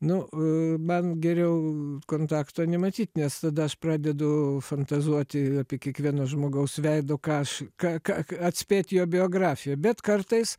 nu man geriau kontakto nematyt nes tada aš pradedu fantazuoti apie kiekvieno žmogaus veido ką aš ką ką atspėt jo biografiją bet kartais